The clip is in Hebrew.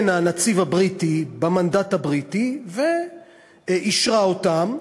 הנציב הבריטי במנדט הבריטי ואישרה אותן.